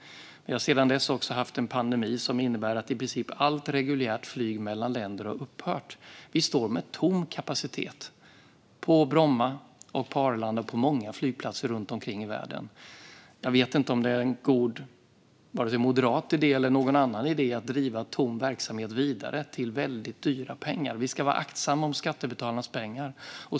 Vi har sedan dess också haft en pandemi som innebär att i princip allt reguljärt flyg mellan länder har upphört. Vi står med tom kapacitet på Bromma, på Arlanda och på många flygplatser runt omkring i världen. Jag vet inte om det är en god idé från vare sig Moderaterna eller någon annan att driva tom verksamhet vidare till väldigt dyra pengar. Vi ska vara aktsamma om skattebetalarnas pengar.